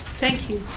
thank you.